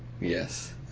Yes